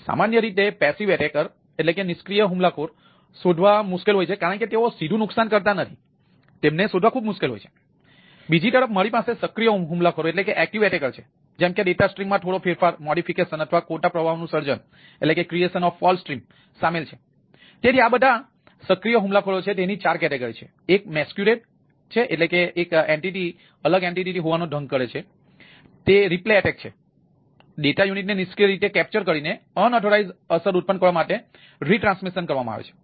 સામાન્ય રીતે નિષ્ક્રિય હુમલાખોરો કરવામાં આવે છે